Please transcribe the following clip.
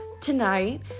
Tonight